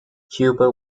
cuba